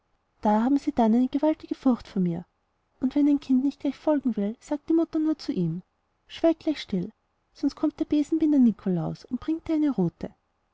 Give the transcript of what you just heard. da haben sie denn eine gewaltige furcht vor mir und wenn ein kind nicht gleich folgen will sagt die mutter nur zu ihm schweig gleich still sonst kommt der besenbinder nikolaus und bringt dir eine rute